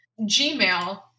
Gmail